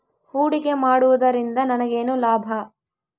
ಹೂಡಿಕೆ ಮಾಡುವುದರಿಂದ ನನಗೇನು ಲಾಭ?